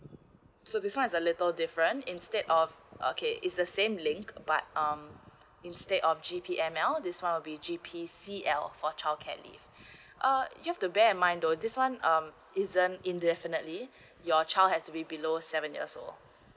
so this one is a little different instead of okay is the same link but um instead of G_P_M_L this one will be G_P_C_L for childcare leave uh you've to bear mine though this one um isn't in definitely your child has to be below seven years old